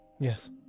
Yes